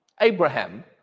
Abraham